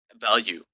value